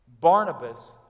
Barnabas